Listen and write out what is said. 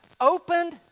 opened